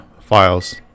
files